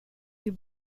you